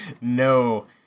no